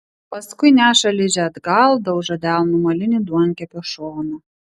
paskui neša ližę atgal daužo delnu molinį duonkepio šoną